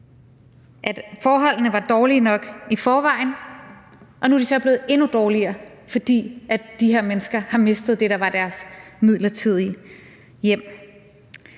at forholdene var dårlige nok i forvejen, og nu er de så blevet endnu dårligere, fordi de her mennesker har mistet det, der var deres midlertidige hjem.